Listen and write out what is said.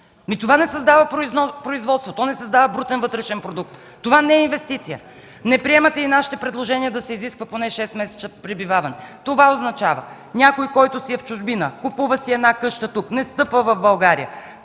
това не създава производство. То не създава брутен вътрешен продукт. Това не е инвестиция. Не приемате и нашите предложения да се изисква поне 6-месечно пребиваване. Това означава някой, който си е в чужбина, купува си една къща тук, не стъпва в България.